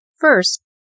First